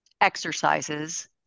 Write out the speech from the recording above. exercises